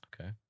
Okay